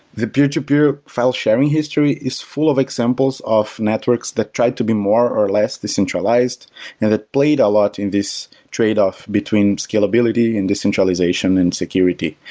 the peer-to-peer file-sharing history is full of examples of networks that try to be more or less decentralized and that played a lot in this trade off between between scalability and the centralization and security.